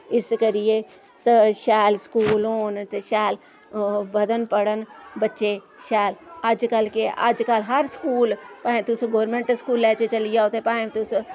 इस करियै शैल स्कूल होन ते शैल ओह् बधन पढ़न बच्चे शैल अज्जकल केह् अज्जकल हर स्कूल भाएं तुस गोरमैंट स्कूलें च चली जाओ ते भाएं तुस